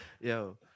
yo